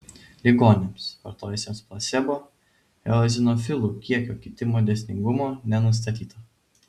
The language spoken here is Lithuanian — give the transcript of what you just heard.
ligoniams vartojusiems placebo eozinofilų kiekio kitimo dėsningumo nenustatyta